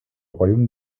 royaume